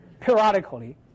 periodically